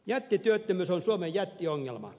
jättityöttömyys on suomen jättiongelma